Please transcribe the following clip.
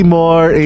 more